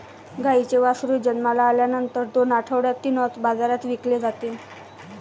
गाईचे वासरू जन्माला आल्यानंतर दोन आठवड्यांनीच बाजारात विकले जाते